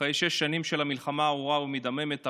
אחרי שש שנים של מלחמה ארורה ומדממת,